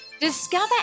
discover